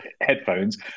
headphones